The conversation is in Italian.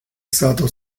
stato